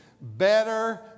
better